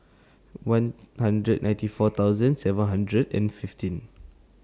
one hundred ninety four thousand seven hundred and fifteen